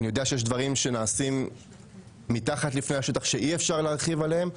אני יודע שיש דברים שנעשים מתחת לפני השטח שאי-אפשר להרחיב עליהם.